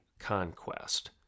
conquest